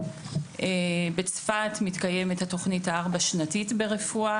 בצפת מתקיימת התוכנית הארבע-שנתית ברפואה